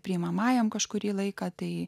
priimamajam kažkurį laiką tai